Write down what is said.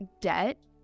debt